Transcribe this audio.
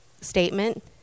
statement